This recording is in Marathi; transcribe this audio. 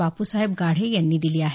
बाप्साहेब गाढे यांनी दिली आहे